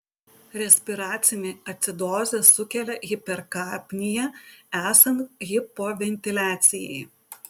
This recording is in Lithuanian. respiracinę acidozę sukelia hiperkapnija esant hipoventiliacijai